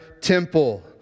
temple